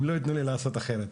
הם לא ייתנו לי לעשות אחרת.